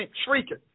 shrieking